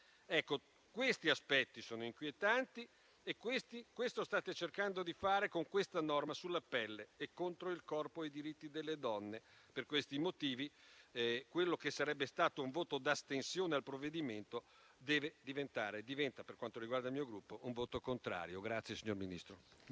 Ecco, questi aspetti sono inquietanti e questo state cercando di fare con questa norma sulla pelle e contro il corpo e i diritti delle donne. Per questi motivi quello che sarebbe stato un voto di astensione al provvedimento deve diventare e diventa, per quanto riguarda il mio Gruppo, un voto contrario.